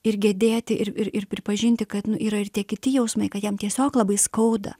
ir gedėti ir ir ir pripažinti kad nu yra ir tie kiti jausmai kad jam tiesiog labai skauda